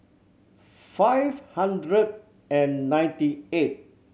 five hundred and ninety eight